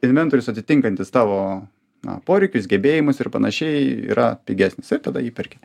inventorius atitinkantis tavo na poreikius gebėjimus ir panašiai yra pigesnis ir tada jį perki